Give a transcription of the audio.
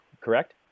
correct